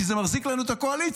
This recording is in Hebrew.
כי זה מחזיק לנו את הקואליציה,